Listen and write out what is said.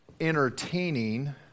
entertaining